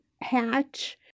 hatch